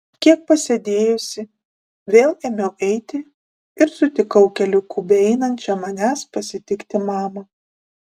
kiek pasėdėjusi vėl ėmiau eiti ir sutikau keliuku beeinančią manęs pasitikti mamą